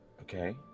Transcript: Okay